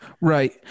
Right